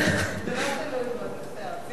אבל, זה לא תלוי בו, זה בסדר.